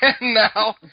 now